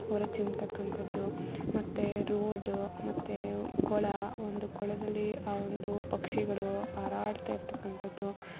ಹೊರ ಚಿಮ್ತಕ್ಕಂಥದ್ದು ಮತ್ತೆ ರೋಡು ಮತ್ತೆ ಕೊಳ ಒಂದು ಕೊಳದಲ್ಲಿ ಆ ಒಂದು ಪಕ್ಷಿಗಳು ಹಾರಾಡ್ತಾ ಇರ್ತಕ್ಕಂಥದ್ದು